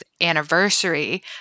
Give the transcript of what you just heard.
anniversary